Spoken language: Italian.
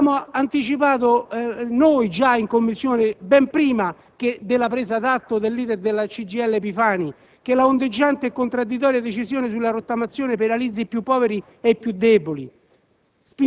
Avevamo anticipato noi già in Commissione, ben prima della presa d'atto del *leader* della CGIL Epifani, che la ondeggiante e contraddittoria decisione sulla rottamazione penalizza i più poveri e i più deboli,